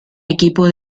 equipo